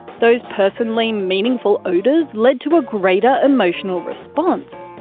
those personally meaningful odors lead to a greater emotional response.